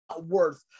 worth